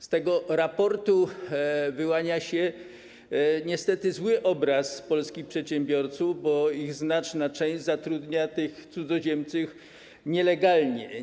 Z tego raportu wyłania się niestety zły obraz polskich przedsiębiorców, bo ich znaczna część zatrudnia tych cudzoziemców nielegalnie.